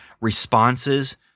responses